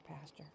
pastor